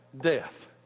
death